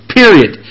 period